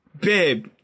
babe